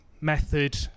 method